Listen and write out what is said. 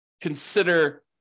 consider